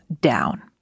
down